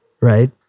right